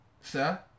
Sir